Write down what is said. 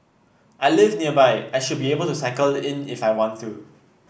I live nearby I should be able to cycle in if I want to